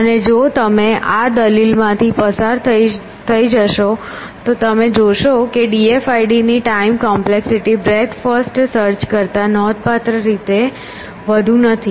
અને જો તમે આ દલીલમાંથી પસાર થશો તો તમે જોશો કે d f i d ની time complexity breadth first search કરતાં નોંધપાત્ર રીતે વધુ નથી